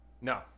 no